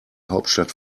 hauptstadt